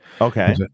Okay